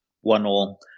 One-all